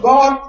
God